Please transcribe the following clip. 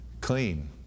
clean